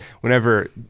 whenever